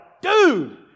Dude